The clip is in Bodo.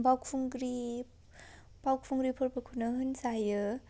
बावखुंग्रि बावखुंग्रि फोरबोखौनो होनजायो